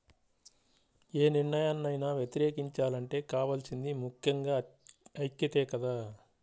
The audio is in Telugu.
యే నిర్ణయాన్నైనా వ్యతిరేకించాలంటే కావాల్సింది ముక్కెంగా ఐక్యతే కదా